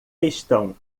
estão